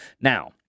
now